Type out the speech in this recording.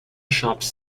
shops